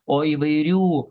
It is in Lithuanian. o įvairių